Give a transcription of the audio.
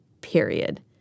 period